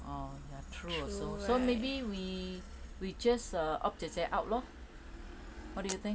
oh ya true also so maybe we we just opt 姐姐 out lor what do you think